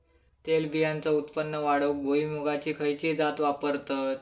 तेलबियांचा उत्पन्न वाढवूक भुईमूगाची खयची जात वापरतत?